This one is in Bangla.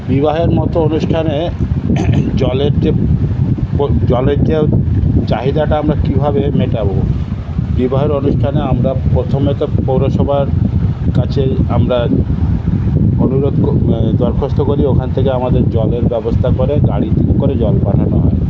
বিবাহের মতো অনুষ্ঠানে জলের যে পো জলের যে চাহিদাটা আমরা কীভাবে মেটাবো বিবাহের অনুষ্ঠানে আমরা প্রথমে তো পৌরসভার কাছে আমরা অনুরোধ দরখাস্ত করি ওখান থেকে আমাদের জলের ব্যবস্থা করে গাড়ি বুক করে জল পাঠানো হয়